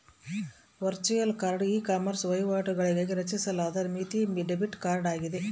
virtual card ecommerce ವಹಿವಾಟುಗಳಿಗಾಗಿ ರಚಿಸಲಾದ ಮಿತಿ ಡೆಬಿಟ್ ಕಾರ್ಡ್ ಆಗಿದೆ